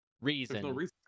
reason